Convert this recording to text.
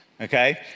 okay